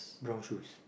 brown shoes